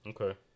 Okay